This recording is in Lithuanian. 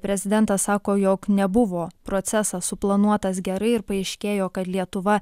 prezidentas sako jog nebuvo procesas suplanuotas gerai ir paaiškėjo kad lietuva